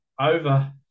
over